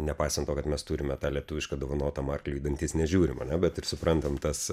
nepaisant to kad mes turime tą lietuvišką dovanotam arkliui į dantis nežiūrim ane bet ir suprantam tas